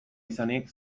izanik